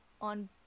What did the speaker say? on